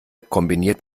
kombiniert